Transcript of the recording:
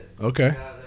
Okay